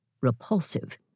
repulsive